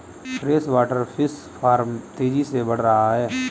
freshwater fish farm तेजी से बढ़ रहा है